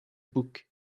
book